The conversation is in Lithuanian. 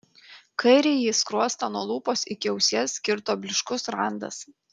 kairįjį skruostą nuo lūpos iki ausies kirto blyškus randas